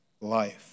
life